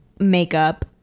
makeup